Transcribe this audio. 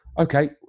okay